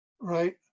right